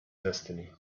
destiny